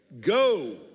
Go